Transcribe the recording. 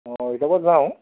অঁ ৰিজাৰ্ভত যাওঁ